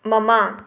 ꯃꯃꯥ